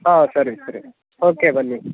ಹಾಂ ಸರಿ ಸರಿ ಓಕೆ ಬನ್ನಿ